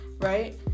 right